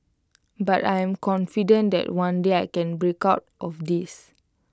but I am confident that one day I can break out of this